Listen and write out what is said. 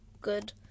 good